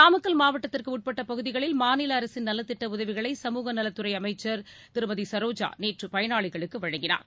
நாமக்கல் மாவட்டத்திற்குட்பட்ட பகுதிகளில் மாநில அரசின் நலத்திட்ட உதவிகளை சமூக நலத்துறை அமைச்சர் திருமதி சரோஜா நேற்று பயனாளிகளுக்கு வழங்கினார்